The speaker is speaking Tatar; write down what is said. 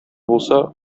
булса